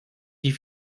die